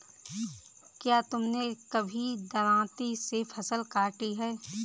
क्या तुमने कभी दरांती से फसल काटी है?